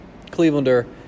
Clevelander